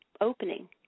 opening